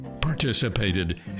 participated